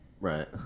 Right